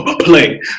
play